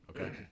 Okay